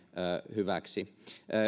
hyväksi